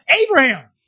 Abraham